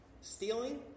stealing